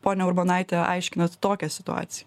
ponia urbonaite aiškinat tokią situaci